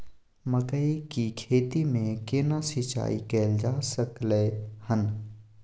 मकई की खेती में केना सिंचाई कैल जा सकलय हन?